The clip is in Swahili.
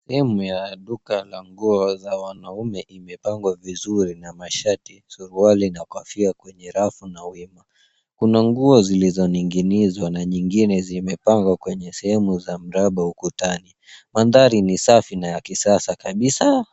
Sehemu ya duka la nguo za wanaume imepangwa vizuri na mashati, suruali na makofia kwenye rafu na wima. Kuna nguo zilizoning'inizwa na nyingine zimepangwa kwenye sehemu za mraba ukutani. Mandhari ni safi na ya kisasa kabisa.